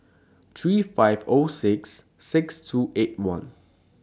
three five O six six two eight one